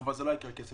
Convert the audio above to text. אבל העיקר זה לא הכסף.